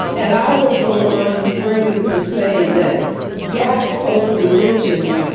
and i will go on further to say that black folk religion,